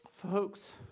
Folks